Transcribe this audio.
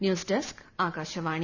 news desk Akashvani